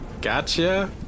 Gotcha